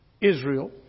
Israel